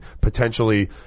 potentially